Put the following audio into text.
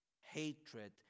hatred